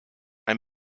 ein